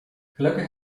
gelukkig